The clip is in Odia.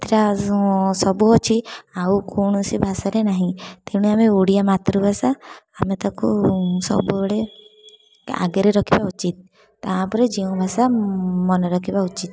ତ୍ରା ସବୁ ଅଛି ଆଉ କୌଣସି ଭାଷାରେ ନାହିଁ ତେଣୁ ଆମେ ଓଡ଼ିଆ ମାତୃଭାଷା ଆମେ ତାକୁ ସବୁବେଳେ ଆଗରେ ରଖିବା ଉଚିତ୍ ତା'ପରେ ଯେଉଁ ଭାଷା ମନେ ରଖିବା ଉଚିତ୍